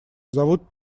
зовут